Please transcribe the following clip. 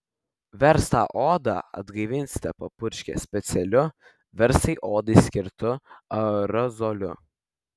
verstą odą atgaivinsite papurškę specialiu verstai odai skirtu aerozoliu